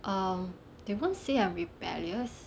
um they won't say I'm rebellious